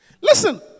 Listen